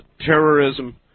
terrorism